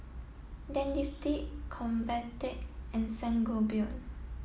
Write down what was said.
Dentiste Convatec and Sangobion